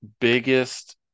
biggest